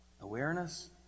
awareness